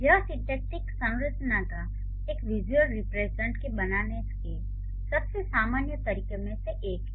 यह सिंटैक्टिक संरचना का एक विसुअल रीप्रेज़न्टैशन बनाने के सबसे सामान्य तरीकों में से एक है